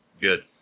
Good